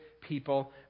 people